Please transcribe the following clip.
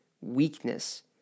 weakness